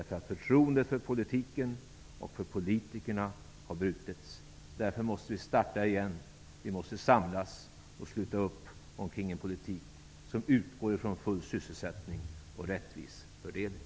Förtroendet för politiken och politikerna har brutits. Därför måste vi starta igen. Vi måste samlas och sluta upp omkring en politik som utgår ifrån full sysselsättning och rättvis fördelning.